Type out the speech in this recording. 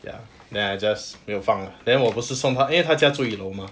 ya then I just 没有放 then 我不是送她因为她家住一楼 mah